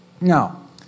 Now